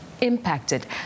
impacted